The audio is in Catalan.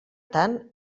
tant